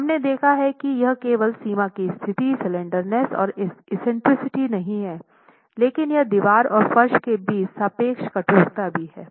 हमने देखा है कि यह केवल सीमा की स्थितिस्लैंडरनेस और एक्सेंट्रिसिटी नहीं है लेकिन यह दीवार और फर्श के बीच सापेक्ष कठोरता भी हैं